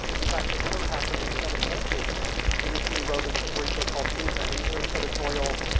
in fact another hacker named kevin poulsen recently wrote ah a great book called kingpin, he's a editorial,